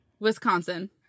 Wisconsin